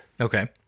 Okay